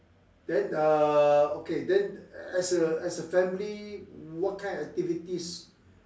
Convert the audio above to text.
then uh okay then as a as a family what kind of activities